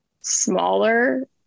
smaller